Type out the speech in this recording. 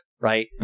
right